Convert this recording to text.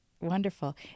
Wonderful